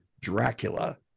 Dracula